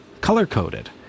color-coded